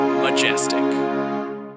Majestic